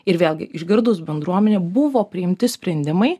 ir vėlgi išgirdus bendruomenę buvo priimti sprendimai